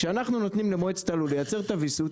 כשאנחנו נו תנים למועצת הלול לייצר את הוויסות,